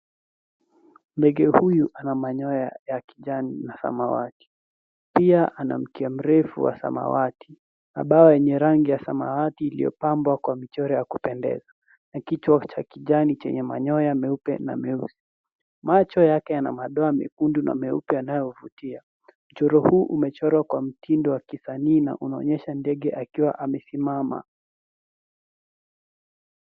Ndege huyu ana manyoya ya kijani na samawati. Pia ana mkia mwrefu wa samawati, mabawa yenye rangi ya samawati yaliyopambwa kwa michoro ya kupendeza na kichwa cha kijani chenye manyoya meupe na meusi. Macho yake yana madoa meupe na mekundu yanayovutia. Mchoro huu umechorwa kwa mtindo wa kisanii na unaonyesha ndege akiwa amesimama.